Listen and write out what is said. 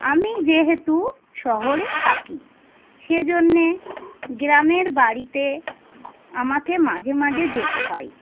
আমি যেহেতু শহরে থাকি সেজন্যে গ্রামের বাড়িতে আমাকে মাঝে মাঝে যেতে হয়